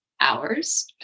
hours